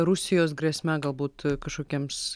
rusijos grėsme galbūt kažkokiems